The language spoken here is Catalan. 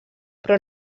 però